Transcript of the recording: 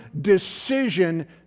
decision